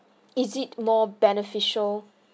is it more beneficial